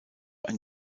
ein